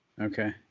okay